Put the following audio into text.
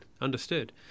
understood